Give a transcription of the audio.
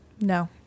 No